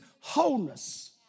wholeness